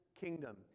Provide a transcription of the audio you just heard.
kingdom